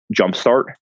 jumpstart